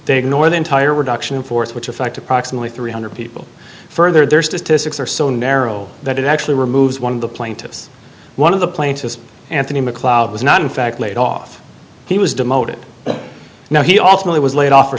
they ignore the entire reduction in force which affect approximately three hundred people further their statistics are so narrow that it actually removes one of the plaintiffs one of the plaintiffs anthony macleod was not in fact laid off he was demoted now he also was laid off for